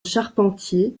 charpentier